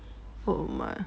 oh my